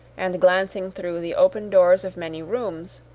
and glancing through the open doors of many rooms,